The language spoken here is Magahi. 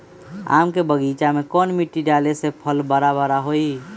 आम के बगीचा में कौन मिट्टी डाले से फल बारा बारा होई?